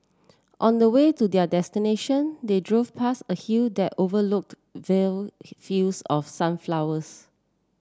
on the way to their destination they drove past a hill that overlooked vile fields of sunflowers